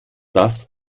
das